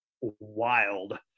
wild